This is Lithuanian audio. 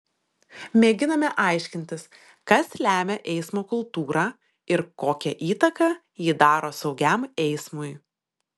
mėginame aiškintis kas lemia eismo kultūrą ir kokią įtaką ji daro saugiam eismui